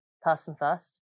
person-first